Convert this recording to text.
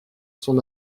son